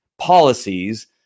policies